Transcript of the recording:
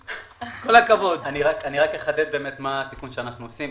רק אחדד מה התיקון שאנחנו עושים.